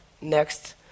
next